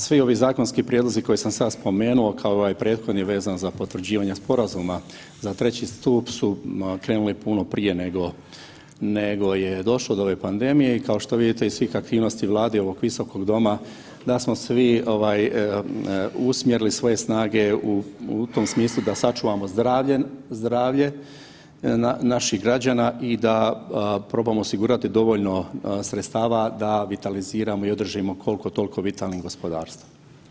Svi ovi zakonski prijedlozi koje sam sad spomenuo kao i ovaj prethodni vezan za potvrđivanje sporazuma za treći stup su krenuli puno prije nego, nego je došlo do ove pandemije i kao što vidite iz svih aktivnosti Vlade i ovog visokog doma da smo svi ovaj usmjerili svoje snage u tom smislu da sačuvamo zdravlje naših građana i da probamo osigurati dovoljno sredstava da vitaliziramo i održimo koliko toliko vitalnim gospodarstvo.